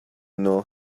know